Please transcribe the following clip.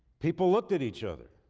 people looked at each other,